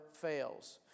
fails